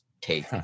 take